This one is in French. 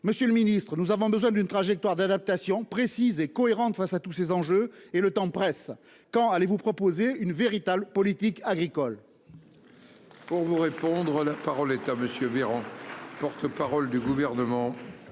Monsieur le Ministre, nous avons besoin d'une trajectoire d'adaptation précise et cohérente face à tous ces enjeux et le temps presse. Quand allez-vous proposer une véritable politique agricole.